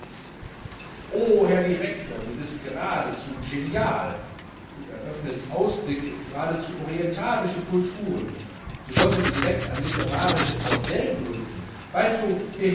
o herr direktor du bist geradezu dschenial du eröffnest ausblicke in geradezu orientalische kulturen du solltest direkt ein literarisches bordell gründen weißt du